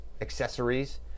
accessories